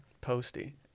Posty